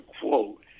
quote